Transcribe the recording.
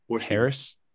Harris